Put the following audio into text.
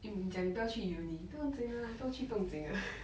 讲不要去 uni 不用紧 lah 不要去不用紧 lah